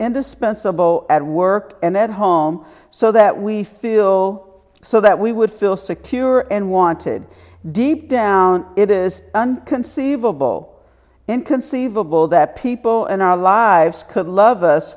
indispensable at work and at home so that we feel so that we would feel secure and wanted deep down it is conceivable inconceivable that people in our lives could love us